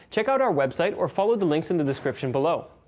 check out our website or follow the links in the description below.